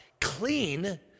clean